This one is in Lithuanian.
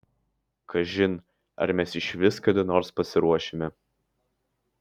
kažin ar mes išvis kada nors pasiruošime